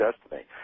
destiny